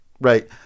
right